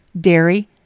dairy